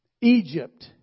Egypt